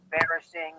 embarrassing